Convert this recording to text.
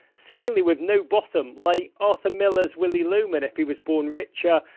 seemingly with no bottom, like arthur miller's willy loman if he was born richer,